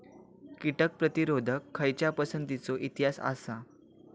कीटक प्रतिरोधक खयच्या पसंतीचो इतिहास आसा?